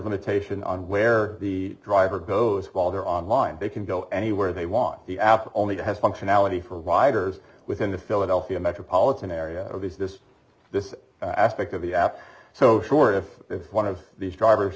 limitation on where the driver goes while they're online big can go anywhere they want the app only has functionality for riders within the philadelphia metropolit an area of is this this aspect of the app so sure if if one of these drivers